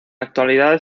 actualidad